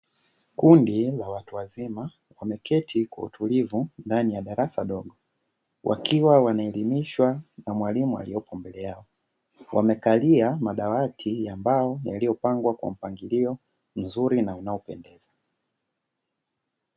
Kundi la watu wazima, wameketi kwa utulivu ndani ya darasa dogo, wakiwa wanaelimishwa na mwalimu aliyeko mbele yao, wamekalia madawati ambayo yaliyopangwa kwa mpangilio mzuri na unaopendeza.